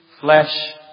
flesh